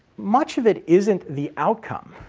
much of it isn't the outcome.